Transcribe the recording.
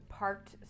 Parked